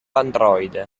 android